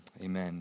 amen